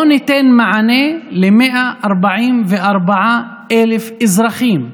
בואו ניתן מענה ל-144,000 אזרחים,